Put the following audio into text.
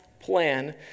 plan